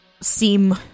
seem